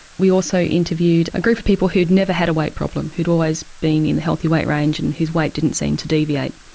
we also interviewed a group of people who'd never had a weight problem, who'd always been in the healthy weight range and whose weight didn't seem to deviate.